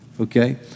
okay